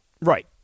Right